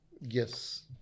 Yes